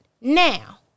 Now